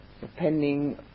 depending